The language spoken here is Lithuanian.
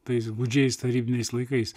tais gūdžiais tarybiniais laikais